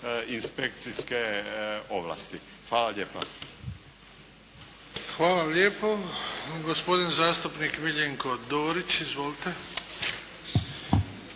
inspekcijske ovlasti. Hvala lijepa. **Bebić, Luka (HDZ)** Hvala lijepo. Gospodin zastupnik Miljenko Dorić. Izvolite.